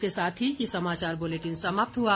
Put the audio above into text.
इसी के साथ ये समाचार बुलेटिन समाप्त हुआ